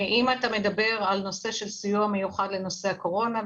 אם אתה מדבר על סיוע מיוחד לנושא הקורונה,